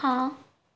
ਹਾਂ